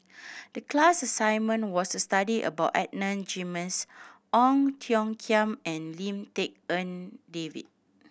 the class assignment was to study about Adan Jimenez Ong Tiong Khiam and Lim Tik En David